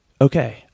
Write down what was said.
Okay